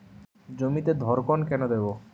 জমিতে ধড়কন কেন দেবো?